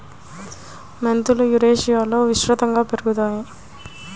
మెంతులు యురేషియాలో విస్తృతంగా పెరుగుతాయి